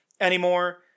anymore